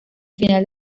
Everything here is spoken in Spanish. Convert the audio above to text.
final